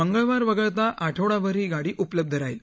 मंगळवार वगळता आठवडाभर ही गाडी उपलब्ध राहील